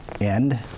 end